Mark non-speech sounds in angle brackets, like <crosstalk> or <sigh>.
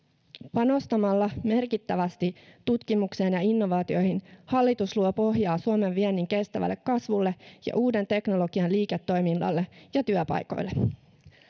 panostamalla merkittävästi tutkimukseen ja innovaatioihin hallitus luo pohjaa suomen viennin kestävälle kasvulle <unintelligible> <unintelligible> <unintelligible> <unintelligible> <unintelligible> <unintelligible> ja uuden teknologian liiketoiminnalle <unintelligible> ja työpaikoille <unintelligible> <unintelligible> <unintelligible> <unintelligible> <unintelligible> <unintelligible> <unintelligible>